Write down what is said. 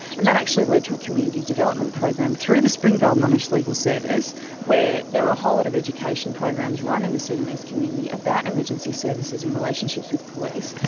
and that actually led to a community development program through the springvale monash legal service where there were a whole lot of education programs run in the sudanese community about emergency services and relationships with police.